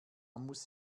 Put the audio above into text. muss